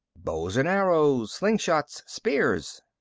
bows and arrows. slingshots. spears.